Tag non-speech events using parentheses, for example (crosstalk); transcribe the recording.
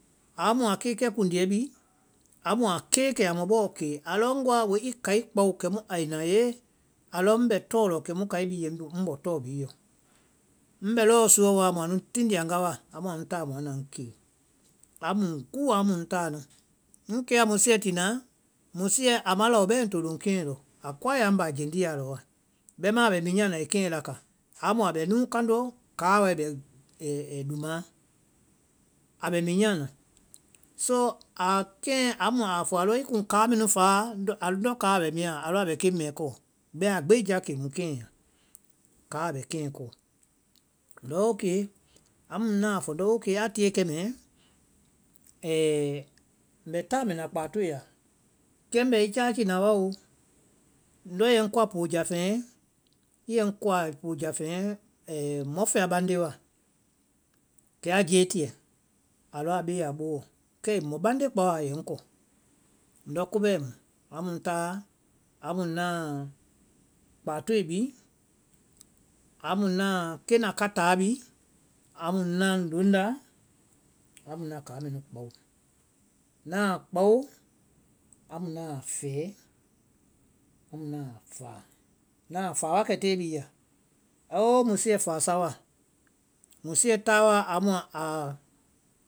Aa mu a keekɛ kunduɛ bi, amu a kéékɛ a mɔ bɔ kee alɔ ŋ woa wi kai kpao kɛmu ai na hee, alɔ ŋbɛ tɔɔ lɔ kɛmu kai bhii ye ŋ bɔ tɔɔ bhii yɔ. Ŋbɛ lɔ́ɔ suɔ wa amu anu tindia ŋga wa, amu anu táa anda ŋ kee. Amu ŋ gúuwa amu ŋ táa nu, ŋ kea musuɛ tinaã, musuɛ a ma lao bɛɛ ŋ to loŋ keŋɛ lɔ, a koae ya ŋ báa jendea lɔ wa. Bɛimaã a bɛ minyaã na ai keŋɛ la ka, amu a bɛ núu kandɔɔ, kaa wae bɛ (hesitation) lumaã. Á bɛ minyaã na, so aa keŋɛ amu a fɔ alɔ i kuŋ kaa mɛnu fáa? Ndɔ- ndɔ kaa bɛ mia wa amu a lɔ kaa bɛ keŋ mɛɛ kɔ, bɛmaã gbeja keŋ mu keŋɛ nya, kaa bɛ keŋɛ kɔɔ, ndɔ okee, amu na a fɔ ŋndɔ okee a tie kemɛɛ, (hesitation) mbɛ mbɛ na kpátoe la, kɛ mbɛ i chachi na wao, ndɔ i yɛ ŋ kɔa poo jáfeŋɛ, i ye ŋ kɔa poo jáfeŋɛ mɔfɛla bande wa. Kɛ a jeetiɛ, a lɔ a bee a boowɔ, kɛ ai mɔbande kpaowa a ye ŋ kɔ. ndɔ kobɛɛ mu, amu ŋ táa amu naa kpatoe bi, amu naa keŋnakatáa bi, amu na ŋ loŋnda, amu na kaa mɛnu kpao, naa a kpao, amu na a fɛɛ, amu na a faa, na a faa wakɛ tée bhia, hoo musuɛ fáa sawa, musuɛ táwa amu a